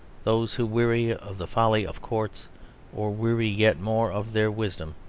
those who weary of the folly of courts or weary yet more of their wisdom,